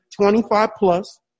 25-plus